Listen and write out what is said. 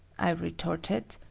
i retorted.